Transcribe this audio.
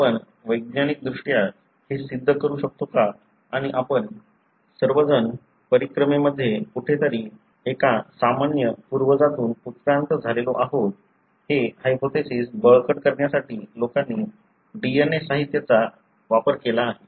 आपण वैज्ञानिकदृष्ट्या हे सिद्ध करू शकतो का आणि आपण सर्वजण परिक्रमेमध्ये कुठेतरी एका सामान्य पूर्वजातून उत्क्रांत झालेलो आहोत हे हायपोथेसिस बळकट करण्यासाठी लोकांनी DNA साहित्याचा की वापर केला आहे